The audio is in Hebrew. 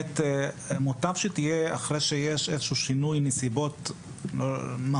מוטב שתהיה אחרי שיש איזשהו שינוי נסיבות מהותי,